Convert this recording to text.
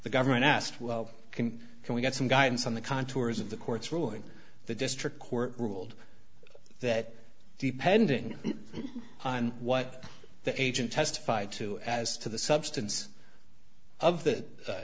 the government asked well can can we get some guidance on the contours of the court's ruling the district court ruled that depending on what the agent testified to as to the substance of the